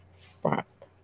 Stop